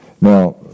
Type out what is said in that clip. Now